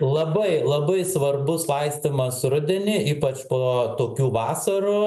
labai labai svarbus laistymas rudenį ypač po tokių vasarų